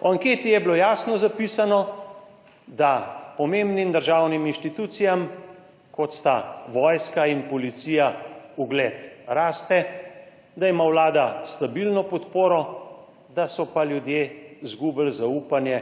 V anketi je bilo jasno zapisano, da pomembnim državnim inštitucijam kot sta vojska in policija ugled raste, da ima vlada stabilno podporo, da so pa ljudje izgubili zaupanje.